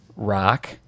rock